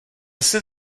jsem